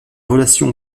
relations